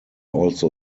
also